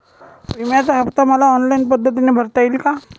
विम्याचा हफ्ता मला ऑनलाईन पद्धतीने भरता येईल का?